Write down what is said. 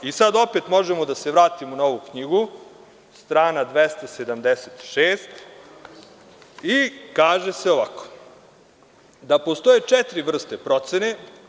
I, sad opet možemo da se vratimo na ovu knjigu, stana 276 i kaže se ovako, da postoje čeitiri vrste procene.